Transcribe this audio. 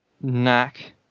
Knack